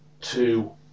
two